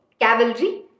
cavalry